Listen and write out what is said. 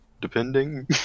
depending